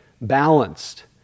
balanced